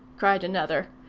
cried another.